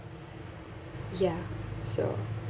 ya so